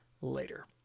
later